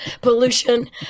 Pollution